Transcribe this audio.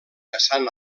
vessant